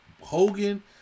Hogan